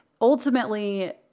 Ultimately